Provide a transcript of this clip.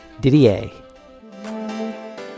Didier